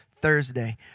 Thursday